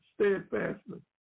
steadfastly